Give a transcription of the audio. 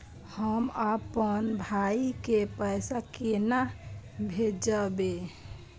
हम आपन भाई के पैसा केना भेजबे?